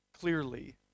clearly